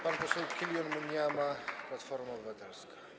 Pan poseł Killion Munyama, Platforma Obywatelska.